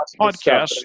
podcast